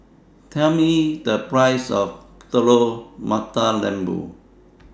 Tell Me The Price of Telur Mata Lembu